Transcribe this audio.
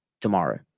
tomorrow